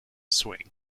swing